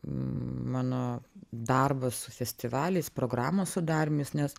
mano darbas su festivaliais programos sudarymais nes